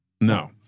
No